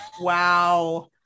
Wow